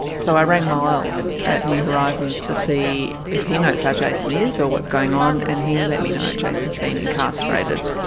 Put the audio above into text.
so i rang miles at new horizons to see if he knows how jason is or what's going on. and he let me know jason's been incarcerated.